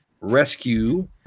rescue